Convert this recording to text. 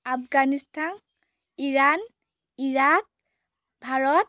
Afghanistan Iran Iraq Bharat